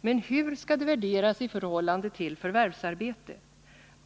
Men hur skall det värderas i förhållande till förvärvsarbete?